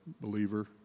believer